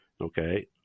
okay